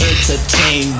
entertain